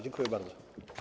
Dziękuję bardzo.